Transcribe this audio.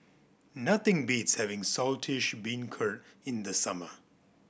nothing beats having Saltish Beancurd in the summer